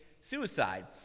suicide